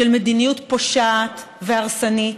של מדיניות פושעת והרסנית,